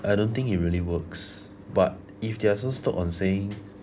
I don't think it really works but if they're so stoked on saying